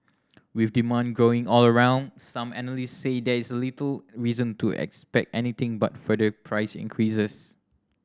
with demand growing all around some analysts say there is little reason to expect anything but further price increases